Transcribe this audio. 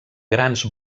grans